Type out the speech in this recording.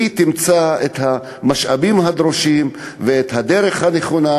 תמצא את המשאבים הדרושים ואת הדרך הנכונה,